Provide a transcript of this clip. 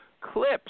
clips